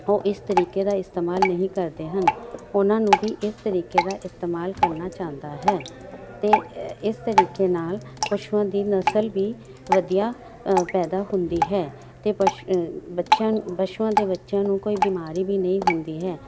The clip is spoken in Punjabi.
ਉਹ ਇਸ ਤਰੀਕੇ ਦਾ ਇਸਤੇਮਾਲ ਨਹੀਂ ਕਰਦੇ ਹਨ ਉਹਨਾਂ ਨੂੰ ਵੀ ਇਸ ਤਰੀਕੇ ਦਾ ਇਸਤੇਮਾਲ ਕਰਨਾ ਚਾਹੀਦਾ ਹੈ ਅਤੇ ਇਸ ਤਰੀਕੇ ਨਾਲ ਪਸ਼ੂਆਂ ਦੀ ਨਸਲ ਵੀ ਵਧੀਆ ਪੈਦਾ ਹੁੰਦੀ ਹੈ ਅਤੇ ਪਸ਼ੂ ਬੱਚਿਆਂ ਪਸ਼ੂਆਂ ਦੇ ਬੱਚਿਆਂ ਨੂੰ ਕੋਈ ਬਿਮਾਰੀ ਵੀ ਨਹੀਂ ਹੁੰਦੀ ਹੈ